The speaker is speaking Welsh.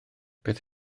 beth